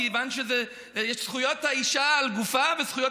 כיוון שאלה זכויות האישה על גופה וזכויות